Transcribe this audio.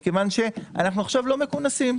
מכיוון שאנחנו עכשיו לא מכונסים.